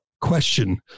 Question